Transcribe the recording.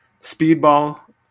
Speedball